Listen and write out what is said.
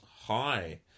High